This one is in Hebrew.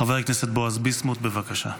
חבר הכנסת בועז ביסמוט, בבקשה.